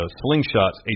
slingshots